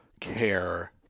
care